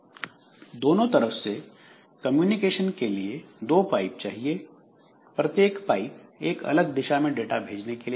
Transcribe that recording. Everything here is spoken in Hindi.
दोनों तरफ से कम्युनिकेशन के लिए दो पाइप चाहिए प्रत्येक पाइप एक अलग दिशा में डाटा भेजने के लिए